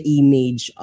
image